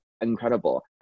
incredible